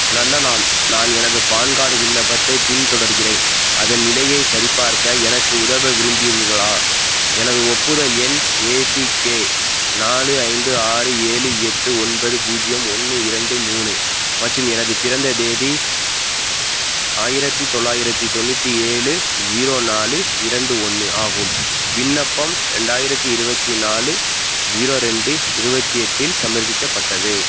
நல்ல நாள் நான் எனது பேன் கார்ட் விண்ணப்பத்தை பின்தொடர்கிறேன் அதன் நிலையை சரிப்பார்க்க எனக்கு உதவ விரும்புகிறீர்களா எனது ஒப்புதல் எண் ஏசிகே நாலு ஐந்து ஆறு ஏழு எட்டு ஒன்பது பூஜ்ஜியம் ஒன்று இரண்டு மூணு மற்றும் எனது பிறந்த தேதி ஆயிரத்தி தொள்ளாயிரத்தி தொண்ணூற்றி ஏழு ஜீரோ நாலு இரண்டு ஒன்று ஆகும் விண்ணப்பம் ரெண்டாயிரத்தி இருபத்தி நாலு ஜீரோ ரெண்டு இருபத்தி எட்டில் சமர்ப்பிக்கப்பட்டது